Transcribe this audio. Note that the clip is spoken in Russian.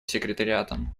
секретариатом